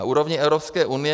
Na úrovni Evropské unie